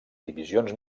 divisions